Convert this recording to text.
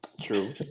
true